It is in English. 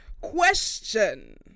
Question